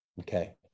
Okay